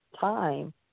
time